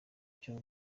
cyo